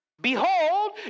Behold